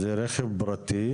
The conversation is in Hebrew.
אם זה רכב פרטי,